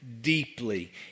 deeply